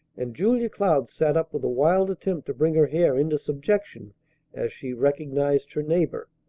and julia cloud sat up with a wild attempt to bring her hair into subjection as she recognized her neighbor.